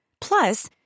Plus